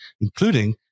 including